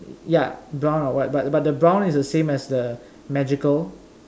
ya brown or white but but the brown is the same as the magical